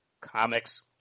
comics